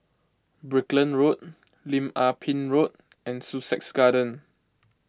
Brickland Road Lim Ah Pin Road and Sussex Garden